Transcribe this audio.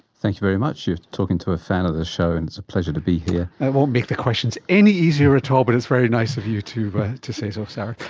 thanks very much, you're talking to a fan of the show and it's a pleasure to be here. that won't make the questions any easier at all, but it's very nice of you to but to say so, sarath.